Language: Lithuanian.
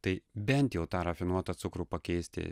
tai bent jau tą rafinuotą cukrų pakeisti